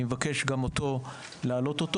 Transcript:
אני מבקש להעלות אותו,